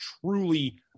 truly